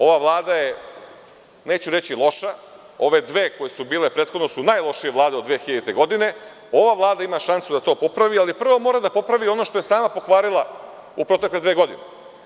Ova Vlada je, neću reći loša, ove dve koje su bile prethodne su najlošije od 2000. godine, ova Vlada ima šansu da to popravi, ali prvo mora da popravi ono što je sama pokvarila u protekle dve godine.